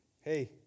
hey